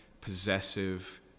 possessive